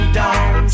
down